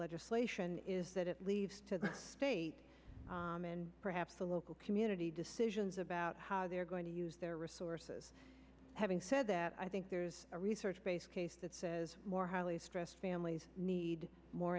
legislation is that it leaves to the states and perhaps the local community to see about how they're going to use their resources having said that i think there's a research base case that says more highly stressed families need more